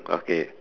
okay